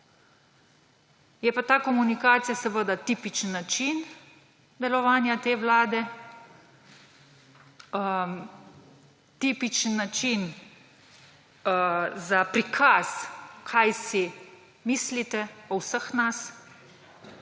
Je pa ta komunikacija seveda tipičen način delovanja te vlade, tipičen način za prikaz, kaj si mislite o vseh nas.